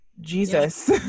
Jesus